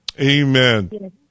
Amen